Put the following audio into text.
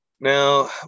Now